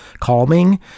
calming